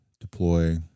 deploy